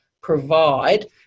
provide